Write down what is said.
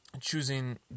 choosing